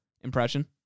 impression